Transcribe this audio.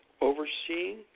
overseeing